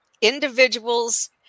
individuals